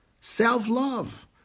Self-love